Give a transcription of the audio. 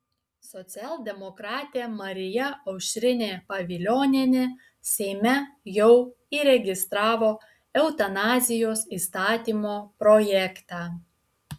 socialdemokratė marija aušrinė pavilionienė seime jau įregistravo eutanazijos įstatymo projektą